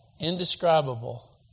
Indescribable